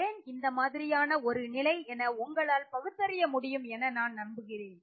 ஏன் இந்த மாதிரியான ஒரு நிலை என உங்களால் பகுத்தறிய முடியும் என நான் நம்புகிறேன்